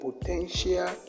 potential